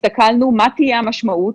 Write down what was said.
הסתכלנו מה תהיה המשמעות.